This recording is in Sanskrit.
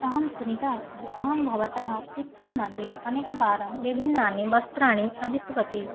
अहं स्निता अस्मि अहं भवतः फ़्लिप्कार्ट् मध्ये अनेकवारं विभिन्नानि वस्त्राणि आदिष्टवती